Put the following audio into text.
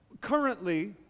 Currently